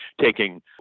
taking